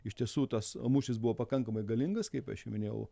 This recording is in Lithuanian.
iš tiesų tas mūšis buvo pakankamai galingas kaip aš jau minėjau